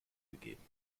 gegeben